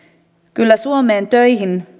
kyllä suomeen töihin